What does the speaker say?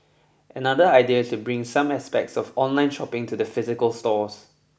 another idea is to bring some aspects of online shopping to the physical stores